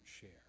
share